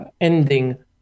ending